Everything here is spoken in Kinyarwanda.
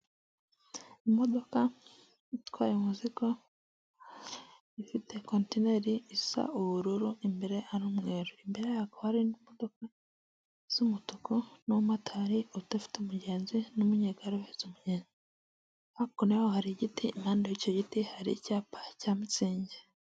Ubwishingizi bwa buritamu bufite numero iburanga, zeru karindwi iminani ibiri, ijana na mirongo ikenda n'umunani, amazero atatu, butanga ubwishingizi bwihariye kandi budahendutse, ku matsinda ndetse n'ibigo bito, kandi ubwishingizi bwa buritamu butanga ubwishingizi bwo kwivuza.